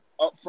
upfront